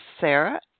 Sarah